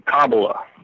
Kabbalah